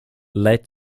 led